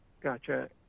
Gotcha